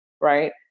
right